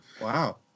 wow